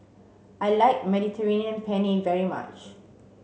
I like Mediterranean Penne very much